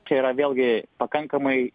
čia yra vėlgi pakankamai